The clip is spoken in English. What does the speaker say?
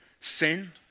sin